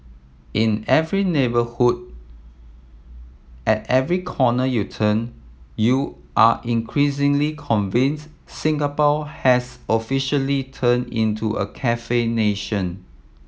in every neighbourhood at every corner you turn you are increasingly convinced Singapore has officially turned into a cafe nation